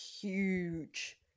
huge